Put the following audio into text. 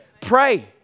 Pray